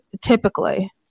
typically